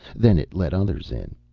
then it let others in.